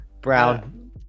brown